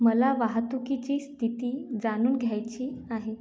मला वाहतुकीची स्थिती जाणून घ्यायची आहे